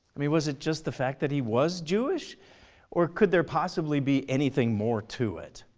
i mean was it just the fact that he was jewish or could there possibly be anything more to it?